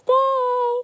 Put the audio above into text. day